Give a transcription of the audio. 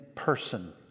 person